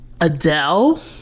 Adele